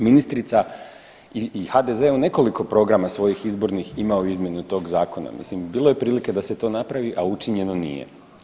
Ministrica i HDZ u nekoliko programa svojih izbornih imao izmjenu tog Zakon, mislim bilo je prilike da se to napravi, a učinjeno nije.